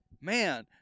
Man